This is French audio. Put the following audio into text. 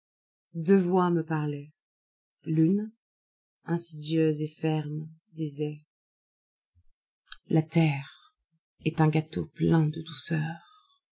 voix me parlaient l'une insidieuse et ferme disait la terre est un gâteau plein de douceur